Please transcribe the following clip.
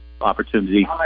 opportunity